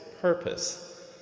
purpose